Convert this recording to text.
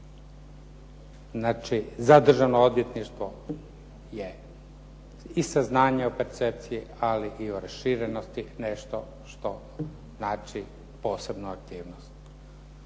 Znači, za Državno odvjetništvo je i saznanje o percepciji ali i o raširenosti nešto što znači posebnu aktivnost.